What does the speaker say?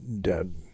dead